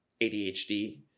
ADHD